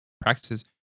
practices